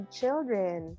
children